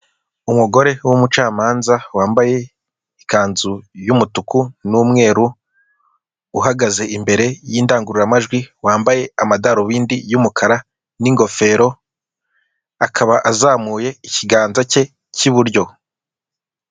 Umugore w'umucamanza wambaye ikanzu y'umutuku n'umweru uhagaze imbere y'indangururamajwi wambaye amadarubindi y'umukara n'ingofero, akaba azamuye ikibanza cye kiburyo.